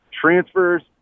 Transfers